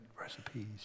recipes